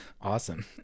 Awesome